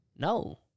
No